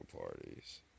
parties